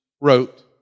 wrote